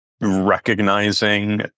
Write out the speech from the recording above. recognizing